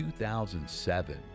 2007